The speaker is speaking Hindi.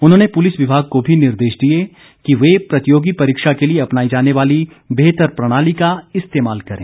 उन्होंने पुलिस विभाग को भी निर्देश दिए हैं कि वे प्रतियोगी परीक्षा के लिए अपनाई जाने वाली बेहतर प्रणाली का इस्तेमाल करें